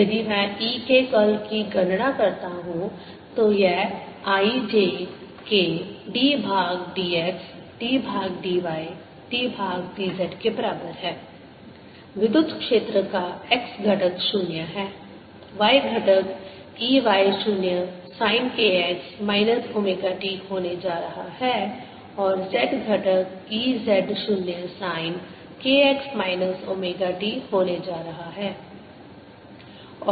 यदि मैं E के कर्ल की गणना करता हूं तो यह i j k d भाग dx d भाग dy d भाग dz के बराबर है विद्युत क्षेत्र का x घटक 0 है y घटक E y 0 sine k x minus omega t होने जा रहा है और z घटक E z 0 sine k x minus omega t होने जा रहा है